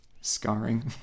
scarring